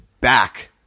Back